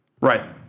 Right